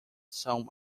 some